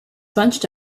bunched